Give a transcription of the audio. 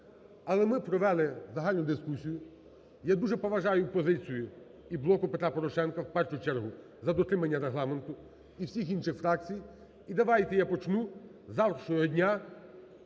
Але ми провели загальну дискусію, я дуже поважаю позицію і "Блоку Петра Порошенка", в першу чергу, за дотримання Регламенту і всіх інших фракцій. І давайте я почну з завтрашнього дня